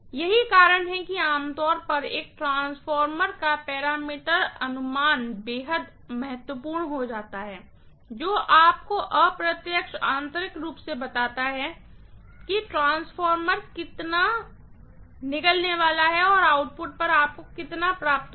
यही कारण है कि आम तौर पर एक ट्रांसफार्मर का पैरामीटर अनुमान बेहद महत्वपूर्ण हो जाता है जो आपको अप्रत्यक्ष आंतरिक रूप से बताता है कि ट्रांसफार्मर कितना निगलने वाले हैं और आउटपुट पर आपको कितना मिलेगा